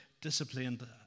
disciplined